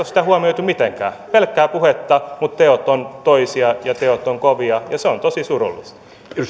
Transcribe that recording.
ole sitä huomioitu mitenkään pelkkää puhetta mutta teot ovat toisia ja teot ovat kovia ja se on tosi surullista